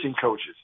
coaches